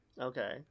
Okay